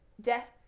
death